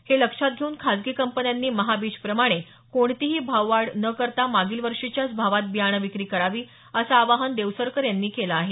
हे लक्षात घेऊन खाजगी कंपन्यानी महाबीज प्रमाणे कोणतीही भाववाढ न करता मागील वर्षीच्याच भावात बियाणं विक्री करावी असं आवाहन देवसरकर यांनी केलं आहे